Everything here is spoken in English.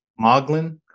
Moglin